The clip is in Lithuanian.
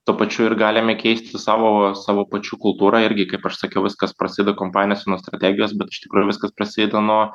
tuo pačiu ir galime keisti savo savo pačių kultūrą irgi kaip aš sakiau viskas praside kompanios strategijos bet iš tikrųjų viskas prasideda nuo